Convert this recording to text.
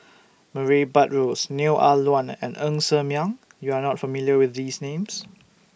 Murray Buttrose Neo Ah Luan and Ng Ser Miang YOU Are not familiar with These Names